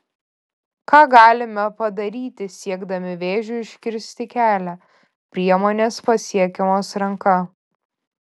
ką galime padaryti siekdami vėžiui užkirsti kelią priemonės pasiekiamos ranka